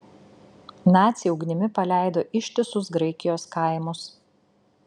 naciai ugnimi paleido ištisus graikijos kaimus